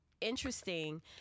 interesting